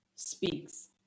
speaks